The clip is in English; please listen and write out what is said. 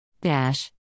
dash